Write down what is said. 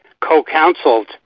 co-counseled